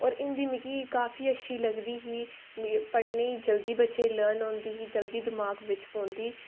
और हिंदी मिगी काफी अच्छी बी लगदी ही पढ़ने गी जल्दी बच्चे गी लर्न होंदी ही जल्दी दिमाग बिच्च पौंदीं ही